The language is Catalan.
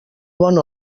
bon